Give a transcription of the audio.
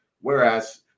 Whereas